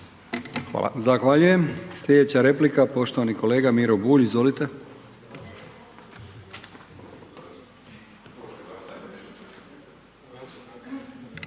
(HDZ)** Zahvaljujem. Sljedeća replika poštovani kolega Miro Bulj. Izvolite.